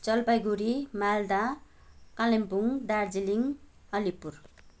Jalpaiguri Malda Kalimpong Darjeeling Alipur